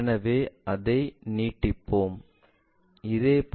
எனவே அதை நீட்டிப்போம் இதேபோல் இந்த வரியை நீட்டவும்